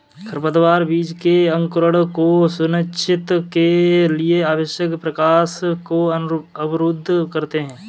खरपतवार बीज के अंकुरण को सुनिश्चित के लिए आवश्यक प्रकाश को अवरुद्ध करते है